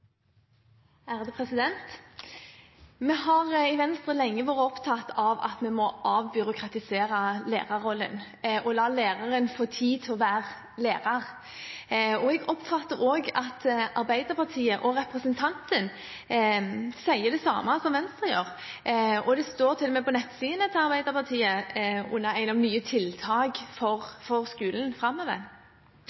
Vi har i Venstre lenge vært opptatt av at vi må avbyråkratisere lærerrollen og la læreren få tid til å være lærer. Jeg oppfatter også at Arbeiderpartiet og representanten Giske sier det samme som Venstre. Det står til og med på Arbeiderpartiets nettsider under